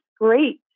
great